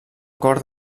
cor